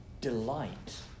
delight